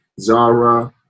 Zara